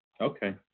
Okay